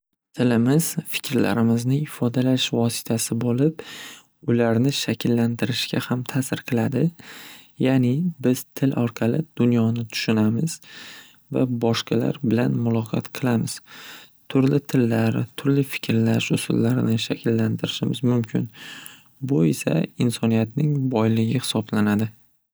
Tilimiz fikrlarimizni ifodalash vositasi bo'lib ularni shakllantirishga ham ta'sir qiladi ya'ni biz til orqali dunyoni tushunamiz va boshqalar bilan muloqot qilamiz turli tillar turli fikrlash usullarini shakllantirishimiz mumkin bu esa insoniyatning boyligi hisoblanadi.